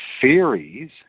theories